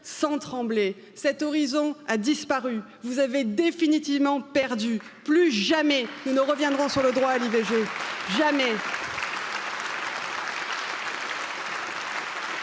sans trembler cet horizon a disparu Vous avez définitivement perdu, plus jamais nous ne reviendrons sur le droit à l'i V. G.